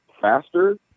faster